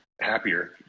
happier